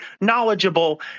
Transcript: knowledgeable